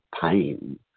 pain